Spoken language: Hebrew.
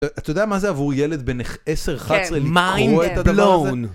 אתה יודע מה זה עבור ילד בן עשר - אחד עשרה לקרוא את הדבר הזה? כן, mindblowing